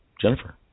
Jennifer